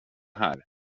här